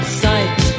sight